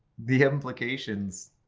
the implications.